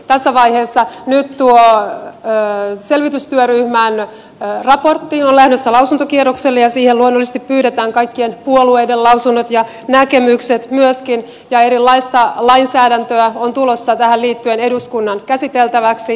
tässä vaiheessa nyt tuo selvitystyöryhmän raportti on lähdössä lausuntokierrokselle ja siihen luonnollisesti pyydetään kaikkien puolueiden lausunnot ja näkemykset myöskin ja erilaista lainsäädäntöä on tulossa tähän liittyen eduskunnan käsiteltäväksi